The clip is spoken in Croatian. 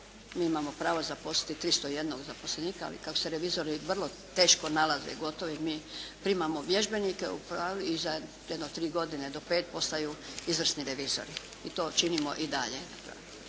mi imamo pravo zaposliti 301 zaposlenika, ali kako se revizori vrlo teško nalaze gotovo mi primamo vježbenike u pravilu i za jedno tri godine do pet postaju izvrsni revizori i to činimo i dalje.